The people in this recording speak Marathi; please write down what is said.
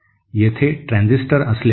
येथे ट्रान्झिस्टर असल्यास